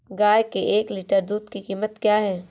गाय के एक लीटर दूध की कीमत क्या है?